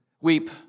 Weep